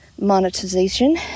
monetization